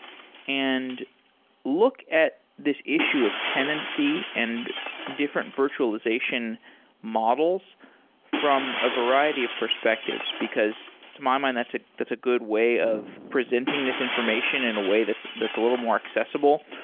and look at this issue of tenancy and different virtualization models from a variety of perspectives. because to my mind, that's a that's a good way of presenting this information in a way that's that's a little more accessible,